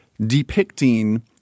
depicting